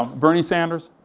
um bernie sanders.